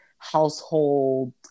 household